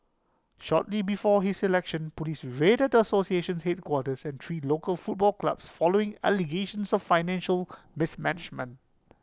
shortly before his election Police raided the association's headquarters and three local football clubs following allegations of financial mismanagement